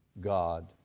God